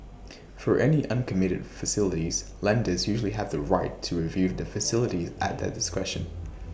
for any uncommitted facilities lenders usually have the right to review the facilities at their discretion